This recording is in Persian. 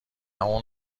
اون